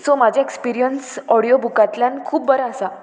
so म्हाजे experience audio बुकांतल्यान खूब बरें आसा